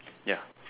ya